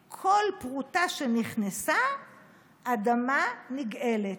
/ כל פרוטה שנכנסה / אדמה נגאלת.